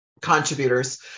contributors